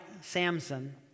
Samson